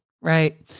right